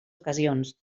ocasions